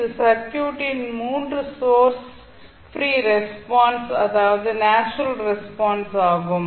இந்த சர்க்யூட்டின் 3 source free response அதாவது நேச்சுரல் ரெஸ்பான்ஸ் ஆகும்